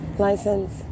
License